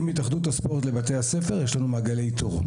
עם התאחדות הספורט לבתי הספר יש לנו מעגלי איתור.